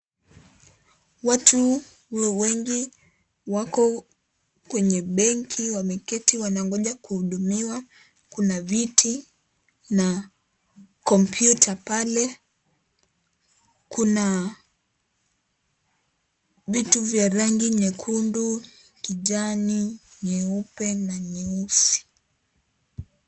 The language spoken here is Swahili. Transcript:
Watu wengi wako kwenye benki wameketi wanangoja kuhudumiwa. Kuna viti na komputa pale, kuna vitu vya rangi nyekundu, kijani, nyeupe na nyeusi.